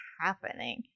happening